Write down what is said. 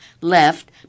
left